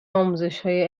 آموزشهای